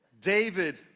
David